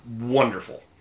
wonderful